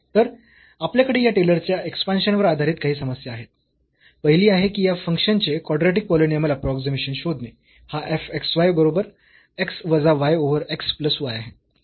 तर आपल्याकडे या टेलरच्या एक्सपांशन वर आधारित काही समस्या आहेत पहिली आहे की या फंक्शन चे कॉड्रॅटिक पॉलिनॉमियल अप्रोक्सीमेशन शोधणे हा fx y बरोबर x वजा y over x plus y आहे